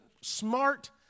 smart